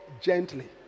gently